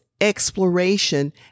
exploration